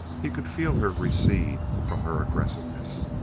he could feel her recede from her aggressiveness.